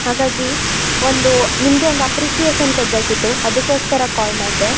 ಹಾಗಾಗಿ ಒಂದು ನಿಮಗೆ ಒಂದು ಅಪ್ರಿಸಿಯೇಷನ್ ಕೊಡಬೇಕಿತ್ತು ಅದಕ್ಕೋಸ್ಕರ ಕಾಲ್ ಮಾಡಿದೆ